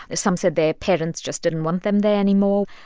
ah some said their parents just didn't want them there anymore.